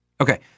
okay